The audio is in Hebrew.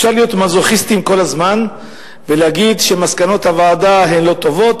אפשר להיות מזוכיסטים כל הזמן ולהגיד שמסקנות הוועדה הן לא טובות,